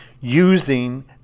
using